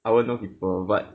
I won't know people but